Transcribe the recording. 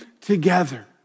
together